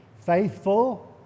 faithful